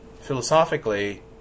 philosophically